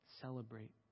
Celebrate